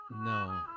No